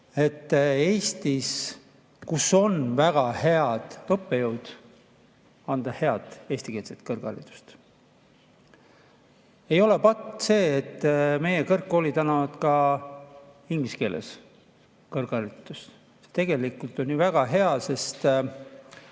et Eestis, kus on väga head õppejõud, anda head eestikeelset kõrgharidust. Ei ole patt see, et meie kõrgkoolid annavad ka inglise keeles kõrgharidust. Tegelikult on see ju väga hea, sest